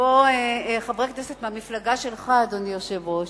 כמו חברי הכנסת מהמפלגה שלך, אדוני היושב-ראש,